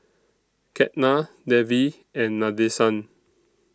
Ketna Devi and Nadesan